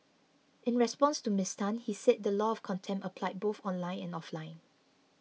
in response to Miss Tan he said the law of contempt applied both online and offline